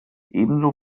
ebenso